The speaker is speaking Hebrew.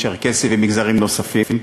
הצ'רקסי ובמגזרים נוספים,